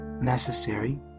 necessary